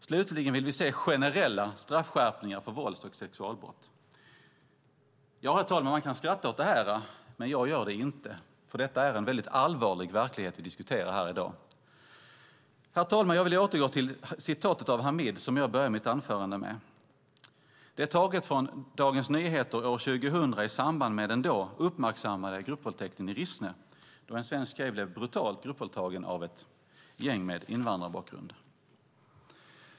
Slutligen vill vi se generella straffskärpningar för vålds och sexualbrott. Herr talman! Man kan skratta åt det här, men jag gör det inte, för det är en väldigt allvarlig verklighet vi diskuterar här i dag. Herr talman! Jag vill återvända till citatet av Hamid som jag började mitt anförande med och som var taget från Dagens Nyheter år 2000 i samband med den uppmärksammade gruppvåldtäkten i Rissne då en svensk tjej blev brutalt gruppvåldtagen av ett gäng med invandrarbakgrund.